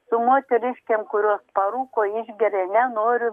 su moteriškėm kurios parūko išgeria nenoriu